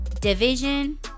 Division